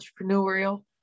Entrepreneurial